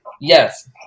Yes